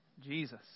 Jesus